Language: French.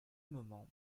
moment